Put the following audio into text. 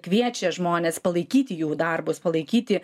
kviečia žmones palaikyti jų darbus palaikyti